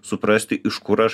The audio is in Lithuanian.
suprasti iš kur aš